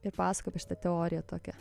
ir pasakojo ape šitą teoriją tokią